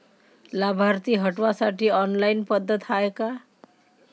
लाभार्थी हटवासाठी ऑनलाईन पद्धत हाय का?